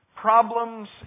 Problems